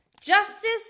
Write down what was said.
Justice